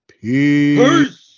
peace